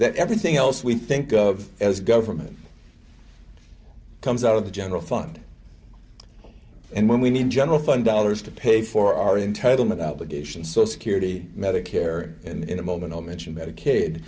that everything else we think of as government comes out of the general fund and when we need general fund dollars to pay for our entitle me that legation so security medicare and in a moment i'll mention medicaid